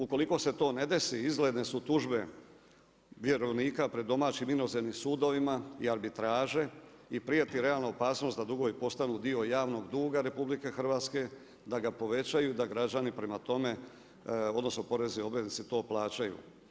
Ukoliko se to ne desi, izgledne su tužbe vjerovnika pred domaćim, inozemnom sudovima i arbitraže i prijeti realna opasnost da dugovi postanu dio javnog duga RH, da ga povećaju, da građani prema tome, odnosno porezni obveznici to plaćaju.